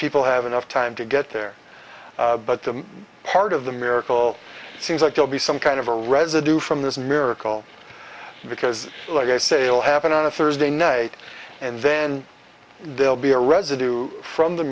people have enough time to get there but the part of the miracle seems like they'll be some kind of a residue from this miracle because like i say it will happen on a thursday night and then they'll be a residue from the